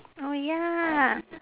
oh ya